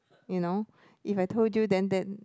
you know if I told you then then